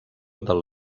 del